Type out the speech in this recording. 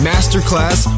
Masterclass